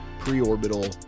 pre-orbital